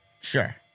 Sure